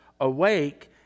awake